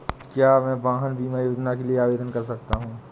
क्या मैं वाहन बीमा योजना के लिए आवेदन कर सकता हूँ?